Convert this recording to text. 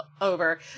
over